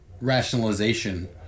rationalization